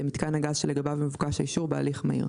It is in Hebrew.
למיתקן הגז שלגביו מבוקש האישור בהליך מהיר,